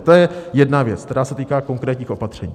To je jedna věc, která se týká konkrétních opatření.